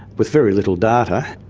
with very little data.